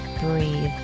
breathe